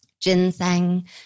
ginseng